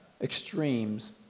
extremes